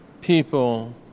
people